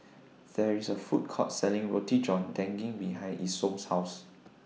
There IS A Food Court Selling Roti John Daging behind Isom's House